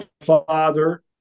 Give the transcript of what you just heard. father